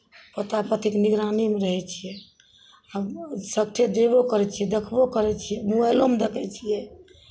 ओतय पतिके निगरानीमे रहै छियै सभठाम जेबो करै छियै देखबो करै छियै मोबाइलोमे देखै छियै